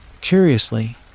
Curiously